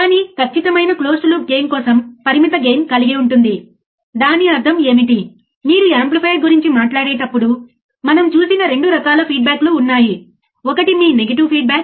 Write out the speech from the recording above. కాబట్టి అతను పాజిటివ్ను 6 కి మరొక టెర్మినల్ను గ్రౌండ్కి కలుపుతున్నాడు అక్కడ మనం చూసేది కొంత అవుట్పుట్ వోల్టేజ్ మీరు 7